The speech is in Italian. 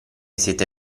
siete